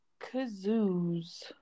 kazoos